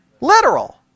literal